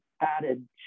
added